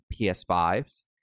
PS5s